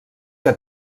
que